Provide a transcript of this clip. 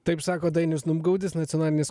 taip sako dainius numgaudis nacionalinės